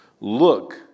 Look